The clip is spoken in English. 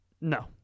No